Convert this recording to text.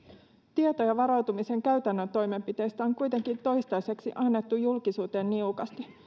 tietoja varautumisen käytännön toimenpiteistä on kuitenkin toistaiseksi annettu julkisuuteen niukasti